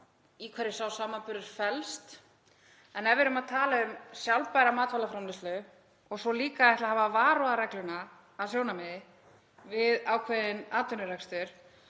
í hverju sá samanburður felst. En ef við erum að tala um sjálfbæra matvælaframleiðslu og svo líka að ætla að hafa varúðarregluna að sjónarmiði við ákveðinn atvinnurekstur